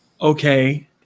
okay